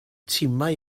timau